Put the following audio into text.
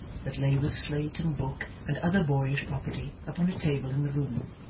that lay with slate and book and other boyish property upon a table in the room.